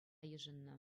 йышӑннӑ